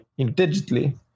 digitally